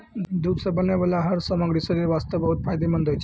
दूध सॅ बनै वाला हर सामग्री शरीर वास्तॅ बहुत फायदेमंंद होय छै